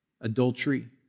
Adultery